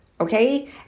okay